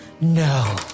No